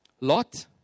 Lot